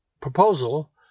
proposal